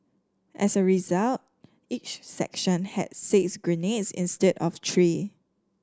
as a result each section had six grenades instead of three